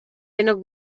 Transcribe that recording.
denok